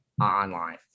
online